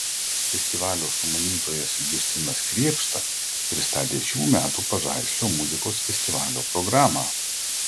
festivalio sumanytojas justinas krėpšta pristatė šių metų pažaislio muzikos festivalio programą